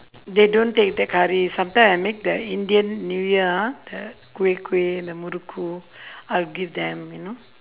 they don't take the curry sometimes I make the indian new year ah the kueh kueh the muruku I'll give them you know